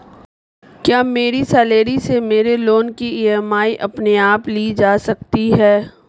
क्या मेरी सैलरी से मेरे लोंन की ई.एम.आई अपने आप ली जा सकती है?